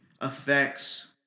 affects